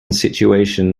situation